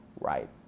right